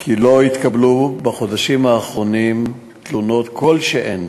כי לא התקבלו בחודשים האחרונים תלונות כלשהן